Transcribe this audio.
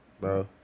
bro